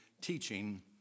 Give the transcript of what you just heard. teaching